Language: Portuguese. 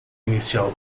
inicial